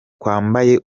kwambaye